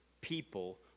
people